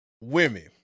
Women